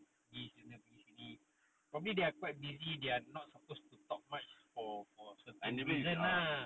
anyway ah